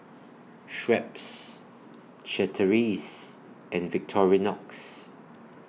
Schweppes Chateraise and Victorinox